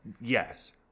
yes